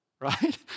right